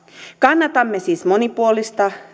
kannatamme siis monipuolista